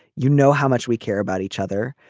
you know how much we care about each other.